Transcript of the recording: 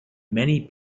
many